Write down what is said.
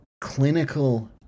clinical